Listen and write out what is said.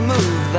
Move